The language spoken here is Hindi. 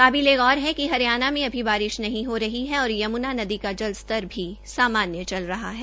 काबिले गौर है कि हरियाणा में अभी बारिश नहीं हो रही और यम्ना नदी का जल स्तर भी सामान्य चल रहा है